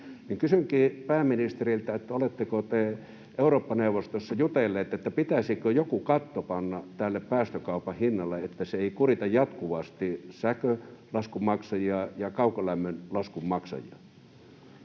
Kysynkin pääministeriltä: oletteko te Eurooppa-neuvostossa jutelleet, pitäisikö joku katto panna tälle päästökaupan hinnalle, niin että se ei kurita jatkuvasti sähkölaskun maksajia ja kaukolämpölaskun maksajia?